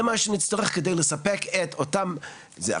זה מה שנצטרך כדי לספק אותם יחידות דיור,